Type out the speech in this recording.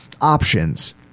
options